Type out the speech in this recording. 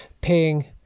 paying